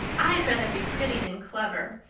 i'd rather be pretty than clever.